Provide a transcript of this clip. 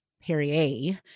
Perrier